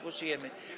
Głosujemy.